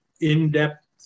in-depth